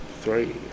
three